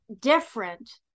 different